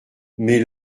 mais